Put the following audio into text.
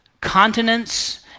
continents